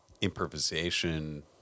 improvisation